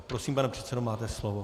Prosím, pane předsedo, máte slovo.